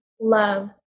love